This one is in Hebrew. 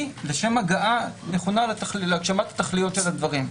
לשם הגעה נכונה להגשמת התכליות של הדברים.